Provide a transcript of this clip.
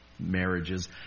marriages